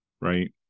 Right